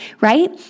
right